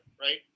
right